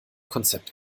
konzept